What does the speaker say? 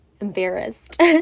embarrassed